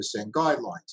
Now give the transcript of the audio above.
guidelines